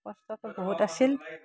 কষ্টটো বহুত আছিল